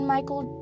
Michael